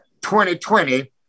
2020